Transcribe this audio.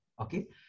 okay